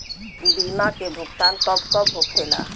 बीमा के भुगतान कब कब होले?